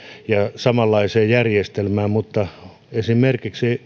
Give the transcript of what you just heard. ja samanlaiseen järjestelmään mutta esimerkiksi